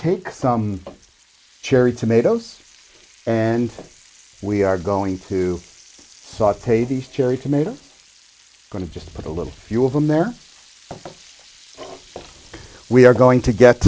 take some cherry tomatoes and we are going to saute the cherry tomatoes going to just put a little few of them there we are going to get